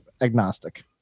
agnostic